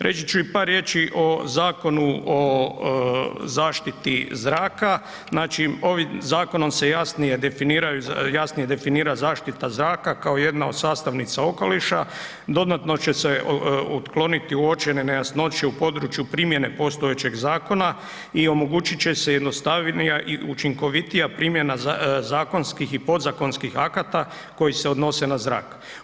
Reći ću i o par riječi o Zakonu o zaštiti zraka, znači ovim zakonom se jasnije definira zaštita zraka kao jedna od sastavnica okolica, dodatno će se otkloniti uočene nejasnoće u području primjene postojećeg zakona i omogućit će se jednostavnija i učinkovitija primjena zakonskih i podzakonskih akata koji se odnose na zrak.